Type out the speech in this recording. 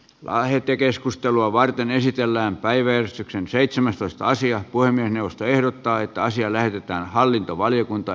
lähetekeskustelua varten esitellään päivän seitsemästoista sijan voimin puhemiesneuvosto ehdottaa että asia lähetetään hallintovaliokuntaan